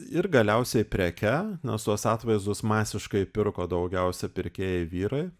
ir galiausiai preke nes tuos atvaizdus masiškai pirko daugiausia pirkėjai vyrai